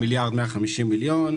ב-מיליארד 150 מיליון,